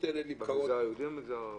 במגזר היהודי או במגזר הערבי?